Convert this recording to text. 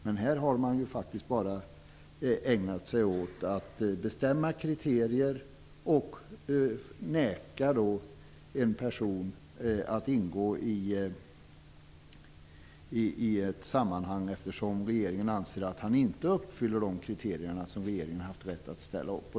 Men i det här fallet har regeringen bara ägnat sig åt att bestämma kriterier och att neka en person att ingå i ett sammanhang, eftersom regeringen anser att personen inte uppfyller de kriterier som regeringen har rätt att ställa upp.